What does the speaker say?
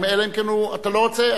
אלא אם כן אתה לא רוצה.